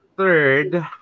third